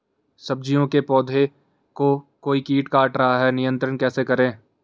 सब्जियों के पौधें को कोई कीट काट रहा है नियंत्रण कैसे करें?